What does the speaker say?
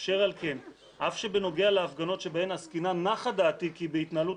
אשר על כן אף שבנוגע להפגנות שבהן עסקינן נחה דעתי כי בהתנהלות